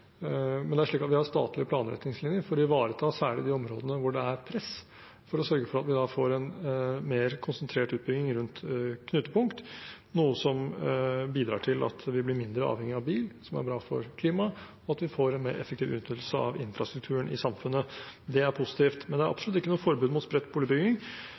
men det er slik at vi har statlige planretningslinjer for å ivareta særlig de områdene hvor det er press, for å sørge for at vi da får en mer konsentrert utbygging rundt knutepunkt. Dette bidrar til at vi blir mindre avhengige av bil, noe som er bra for klimaet, og til at vi får en mer effektiv utnyttelse av infrastrukturen i samfunnet. Det er positivt. Men det er absolutt ikke noe forbud mot spredt boligbygging.